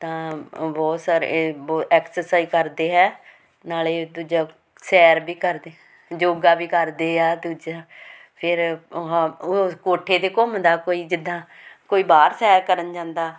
ਤਾਂ ਬਹੁਤ ਸਾਰੇ ਬਹੁ ਐਕਸਰਸਾਈਜ਼ ਕਰਦੇ ਹੈ ਨਾਲੇ ਦੂਜਾ ਸੈਰ ਵੀ ਕਰਦੇ ਯੋਗਾ ਵੀ ਕਰਦੇ ਆ ਦੂਜਾ ਫਿਰ ਆਹ ਓ ਕੋਠੇ 'ਤੇ ਘੁੰਮਦਾ ਕੋਈ ਜਿੱਦਾਂ ਕੋਈ ਬਾਹਰ ਸੈਰ ਕਰਨ ਜਾਂਦਾ